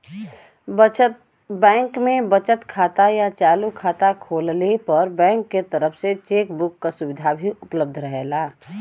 bank में बचत खाता या चालू खाता खोलले पर बैंक के तरफ से चेक बुक क सुविधा भी उपलब्ध रहेला